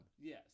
Yes